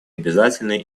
обязательной